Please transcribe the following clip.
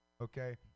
okay